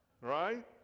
right